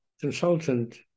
consultant